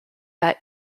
that